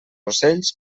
ocells